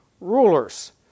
rulers